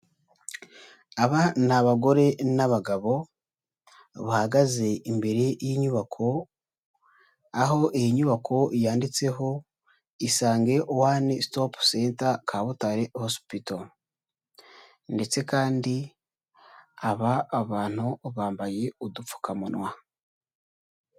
Aba ni abagore n'abagabo bahagaze imbere y'inyubako, aho iyi nyubako yanditseho isange wani sitopu seta Kabutare hosipito. Ndetse kandi aba bantu bambaye udupfukamunwa.